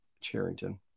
Charrington